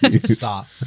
stop